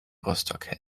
rostock